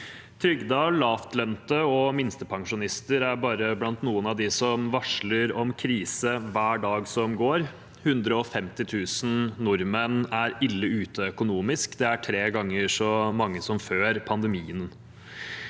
Trygdede, lavtlønte og minstepensjonister er bare blant noen av dem som varsler om krise hver dag som går. 150 000 nordmenn er ille ute økonomisk. Det er tre ganger så mange som før pandemien.